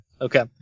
Okay